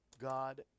God